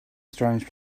strange